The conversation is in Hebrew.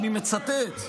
ואני מצטט: